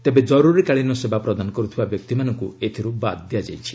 ତେବେ ଜର୍ତ୍ରିକାଳୀନ ସେବା ପ୍ରଦାନ କରୁଥିବା ବ୍ୟକ୍ତିମାନଙ୍କୁ ଏଥିରୁ ବାଦ ଦିଆଯାଇଛି